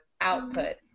output